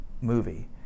movie